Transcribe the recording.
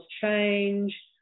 change